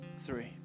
three